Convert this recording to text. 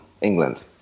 England